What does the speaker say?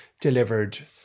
delivered